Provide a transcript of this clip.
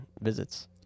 visits